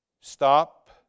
Stop